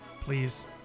Please